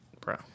Bro